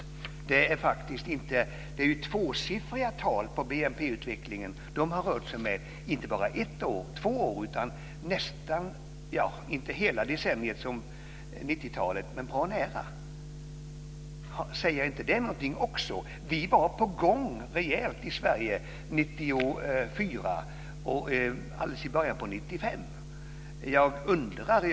Beträffande BNP-utvecklingen har de ju rört sig med tvåsiffriga tal, och inte bara under ett eller två år utan bra nära hela 1990-talet. Säger inte det också någonting? Vi var rejält på gång i Sverige år 1994 och alldeles i början av år 1995.